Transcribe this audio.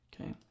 okay